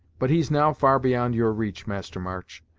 but he's now far beyond your reach, master march,